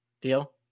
deal